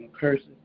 curses